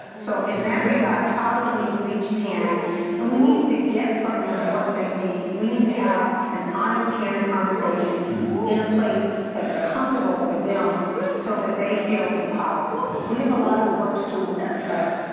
so in that regard, how do we reach parents and we need to get from them they need. we need to have an honest candid conversation in a place that's comfortable for them so that they feel empowered. we have a lot of work to do with that regard.